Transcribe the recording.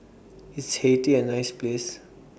IS Haiti A nice Place